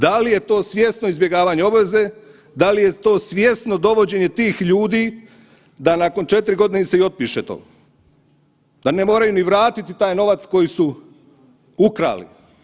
Da li je to svjesno izbjegavanje obaveze, da li je to svjesno dovođenje tih ljudi da nakon 4 godine im se i otpište to, da ne moraju ni vratiti taj novac koji su ukrali?